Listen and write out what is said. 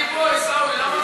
אני פה, עיסאווי.